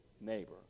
neighbor